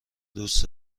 دوست